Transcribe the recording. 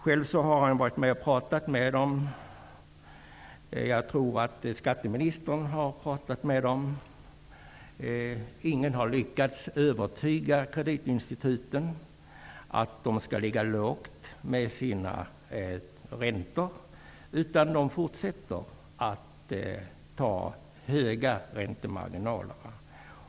Själv har han varit med och pratat med dem, och jag tror att även skatteministern har pratat med dem -- men ingen har lyckats övertyga kreditinstituten om att de skall ligga lågt med sina räntor, utan de fortsätter att ha höga räntemarginaler.